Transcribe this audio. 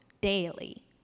daily